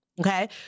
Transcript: okay